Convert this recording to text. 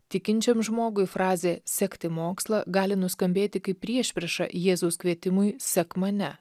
tikinčiam žmogui frazė sekti mokslą gali nuskambėti kaip priešprieša jėzaus kvietimui sek mane